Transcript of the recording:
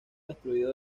destruido